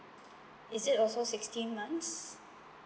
is it also sixteen months